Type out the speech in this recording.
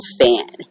fan